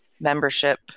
membership